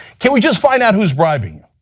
can we just find out who is bribing